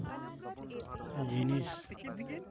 ᱡᱤᱱᱤᱥ